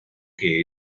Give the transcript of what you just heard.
que